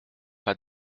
pas